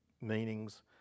meanings